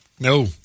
No